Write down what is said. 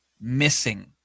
missing